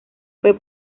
fue